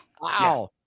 Wow